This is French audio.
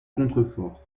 contrefort